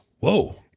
Whoa